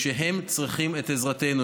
שהם צריכים את עזרתנו.